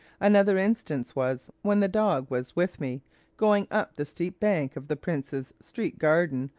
another instance was, when the dog was with me going up the steep bank of the prince's street garden,